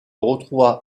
retrouva